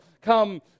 come